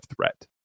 threat